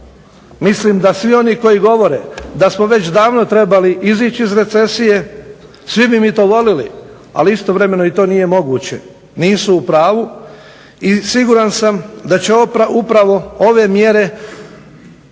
mislim da svi oni koji govore da smo već davno trebali izaći iz recesije, svi bi mi to voljeli ali istovremeno to nije moguće. Nisu u pravu i siguran sam da će upravo ove mjere Vlade i